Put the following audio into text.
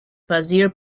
pasir